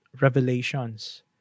revelations